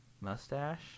mustache